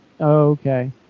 okay